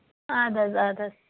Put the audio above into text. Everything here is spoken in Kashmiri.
اَدٕ حظ اَدٕ حظ